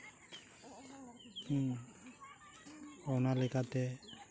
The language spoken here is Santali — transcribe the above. ᱚᱱᱟ ᱞᱮᱠᱟᱛᱮ